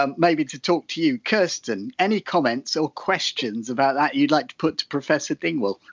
um maybe to talk to you. kirsten, any comments or questions about that you'd like to put to professor dingwall?